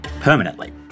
permanently